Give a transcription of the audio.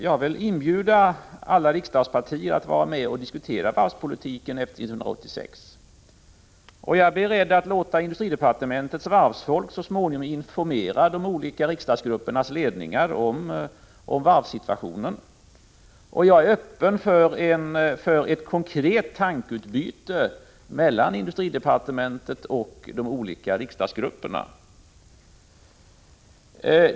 Jag vill inbjuda alla riksdagspartier att vara med och diskutera varvspolitiken efter 1986. Jag är beredd att så småningom låta industridepartementets varvsfolk informera de olika riksdagsgruppernas ledningar om varvssituationen. Jag är öppen för ett konkret tankeutbyte mellan industridepartementet och de olika riksdagsgrupperna.